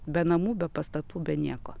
be namų be pastatų be nieko